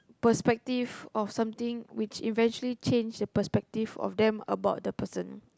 perspective of something which eventually change the perspective of them about the person